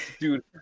dude